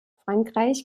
frankreich